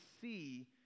see